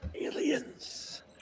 Aliens